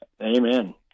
Amen